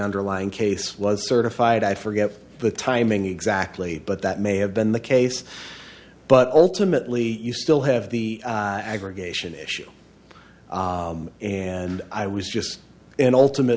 underlying case was certified i forget the timing exactly but that may have been the case but ultimately you still have the aggregation issue and i was just and ultimate